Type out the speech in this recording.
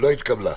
הצבעה